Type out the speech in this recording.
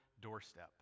doorstep